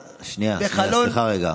סליחה, רגע.